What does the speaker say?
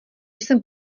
jsem